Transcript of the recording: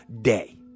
day